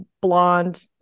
blonde